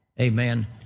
Amen